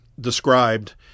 described